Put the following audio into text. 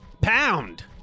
pound